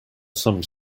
some